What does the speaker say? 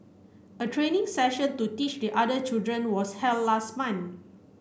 a training session to teach the other children was held last month